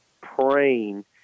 praying